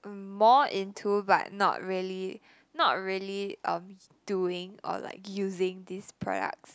more into but not really not really um doing or like using these products